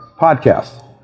podcast